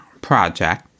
project